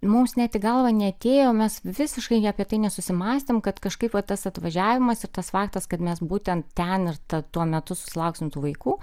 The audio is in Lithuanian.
mums net į galvą neatėjo mes visiškai apie tai nesusimąstėm kad kažkaip va tas atvažiavimas ir tas faktas kad mes būtent ten ir tad tuo metu susilauksim tų vaikų